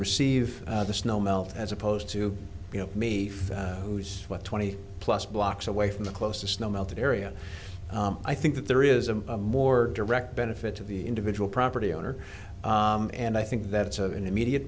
receive the snow melt as opposed to you know me who's what twenty plus blocks away from the closest no melted area i think that there is a more direct benefit to the individual property owner and i think that's an immediate